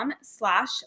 slash